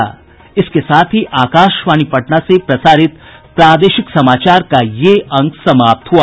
इसके साथ ही आकाशवाणी पटना से प्रसारित प्रादेशिक समाचार का ये अंक समाप्त हुआ